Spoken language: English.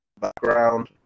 background